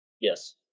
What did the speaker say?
Yes